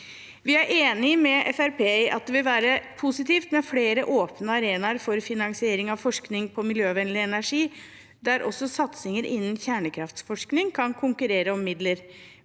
Fremskrittspartiet i at det vil være positivt med flere åpne arenaer for finansiering av forskning på miljøvennlig energi der også satsinger innen kjernekraftforskning kan konkurrere om midler,